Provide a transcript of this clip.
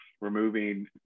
removing